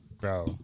Bro